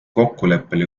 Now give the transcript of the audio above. kokkuleppele